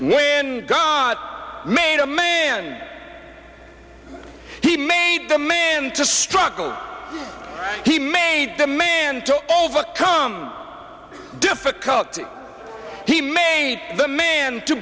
when god made a man he made the man to struggle he made the man to overcome difficulty he made the man to